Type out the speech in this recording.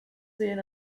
seen